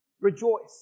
rejoice